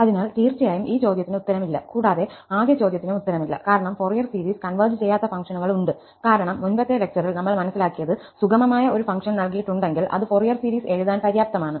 അതിനാൽ തീർച്ചയായും ഈ ചോദ്യത്തിന് ഉത്തരം ഇല്ല കൂടാതെ ആദ്യ ചോദ്യത്തിനും ഉത്തരം ഇല്ല കാരണം ഫോറിയർ സീരീസ് കൺവെർജ് ചെയ്യാത്ത ഫംഗ്ഷനുകൾ ഉണ്ട് കാരണം മുൻപത്തേ ലെക്ചറിൽ നമ്മൾ മനസ്സിലാക്കിയത് സുഗമമായ ഒരു ഫംഗ്ഷൻ നൽകിയിട്ടുണ്ടെങ്കിൽ അത് ഫൊറിയർ സീരീസ് എഴുതാൻ പര്യാപ്തമാണ്